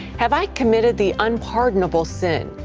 have i committed the unpardonable sin?